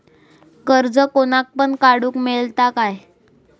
कर्ज कोणाक पण काडूक मेलता काय?